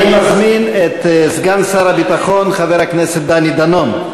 אני מזמין את סגן שר הביטחון, חבר הכנסת דני דנון,